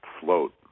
float